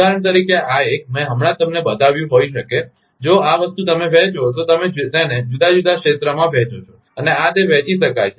ઉદાહરણ તરીકે આ એક મેં હમણાં જ તમને બતાવ્યું હોઈ શકે જો આ વસ્તુ તમે વહેંચો છો તો તમે તેને જુદા જુદા ક્ષેત્રમાં વહેંચો છો અને આ તે વહેંચી શકાય છે